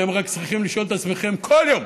אתם רק צריכים לשאול את עצמכם כל יום